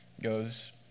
Goes